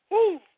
Woo